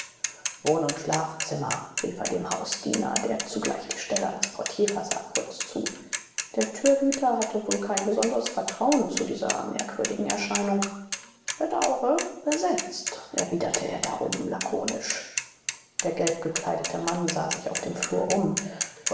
und schlafzimmer rief er dem hausdiener der zugleich die stelle als portier versah kurz zu der türhüter hatte wohl kein besonderes vertrauen zu dieser merkwürdigen erscheinung bedaure besetzt erwiderte er darum lakonisch der gelb gekleidete mann sah sich auf dem flur um